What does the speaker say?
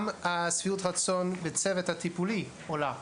גם שביעות הרצון בצוות הטיפולי עולה.